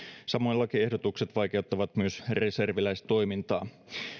samoin lakiehdotukset vaikeuttavat myös reserviläistoimintaa